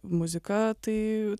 muzika tai